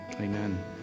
Amen